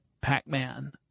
Pac-Man